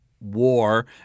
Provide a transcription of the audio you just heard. war